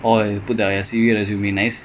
கடைசில இருக்கு:kadaisila irukku